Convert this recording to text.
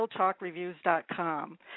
realtalkreviews.com